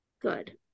good